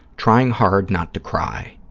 trying hard not to cry,